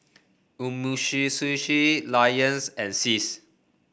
Lions and SIS